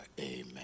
Amen